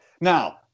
Now